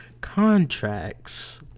Contracts